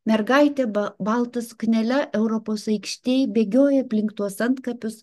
mergaitė ba balta suknele europos aikštėj bėgioja aplink tuos antkapius